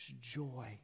Joy